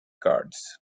cards